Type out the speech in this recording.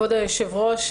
כבוד היושב-ראש,